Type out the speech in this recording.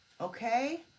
okay